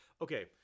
Okay